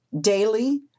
daily